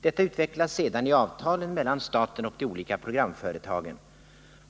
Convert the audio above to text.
Detta utvecklas sedan i avtalen mellan staten och de olika programföretagen.